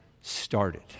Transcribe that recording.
started